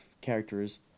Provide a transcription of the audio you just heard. characters